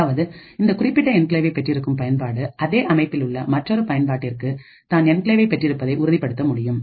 அதாவது இந்த குறிப்பிட்ட என்கிளேவை பெற்றிருக்கும் பயன்பாடு அதே அமைப்பில் உள்ள மற்றொரு பயன்பாட்டிற்கு தான் என்கிளேவை பெற்றிருப்பதை உறுதிப்படுத்த முடியும்